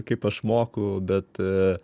kaip aš moku bet